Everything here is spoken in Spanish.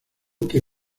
que